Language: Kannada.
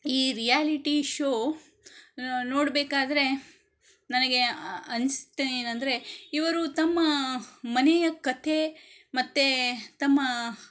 ಈ ರಿಯಾಲಿಟಿ ಶೋ ನೋಡಬೇಕಾದರೆ ನನಗೆ ಅನ್ಸತ್ತೆ ಏನೆಂದರೆ ಇವರು ತಮ್ಮ ಮನೆಯ ಕಥೆ ಮತ್ತೆ ತಮ್ಮ